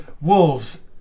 Wolves